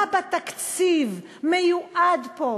מה בתקציב מיועד פה,